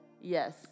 Yes